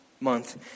month